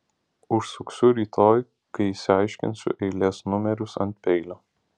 užsuksiu rytoj kai išsiaiškinsiu eilės numerius ant peilio